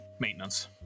maintenance